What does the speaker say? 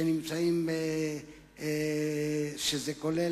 וזה כולל